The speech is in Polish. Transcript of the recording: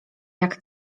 jak